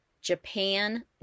Japan